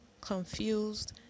confused